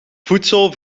voedsel